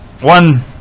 one